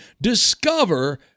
Discover